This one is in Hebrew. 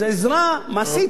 וזו עזרה מעשית.